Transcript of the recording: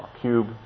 cube